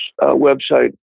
website